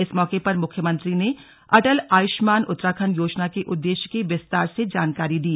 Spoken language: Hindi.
इस मौके पर मुख्यमंत्री ने अटल आयुष्मान उत्तराखण्ड योजना के उद्देश्य की विस्तार से जानकारी दी